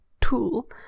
tool